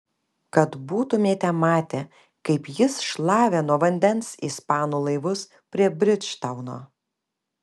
kad būtumėte matę kaip jis šlavė nuo vandens ispanų laivus prie bridžtauno